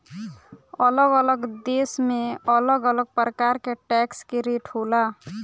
अलग अलग देश में अलग अलग प्रकार के टैक्स के रेट होला